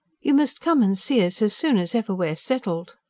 you must come and see us, as soon as ever we're settled.